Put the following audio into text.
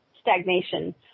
stagnation